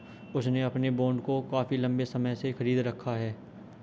उसने अपने बॉन्ड को काफी लंबे समय से खरीद रखा है